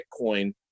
Bitcoin